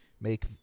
make